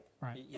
Right